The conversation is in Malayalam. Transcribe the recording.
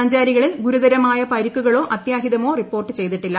സഞ്ചാരികളിൽ ഗുരുതരമായ പരിക്കുകളോ അത്യാഹിതമോ റിപ്പോർട്ട് ചെയ്തിട്ടില്ല